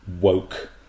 woke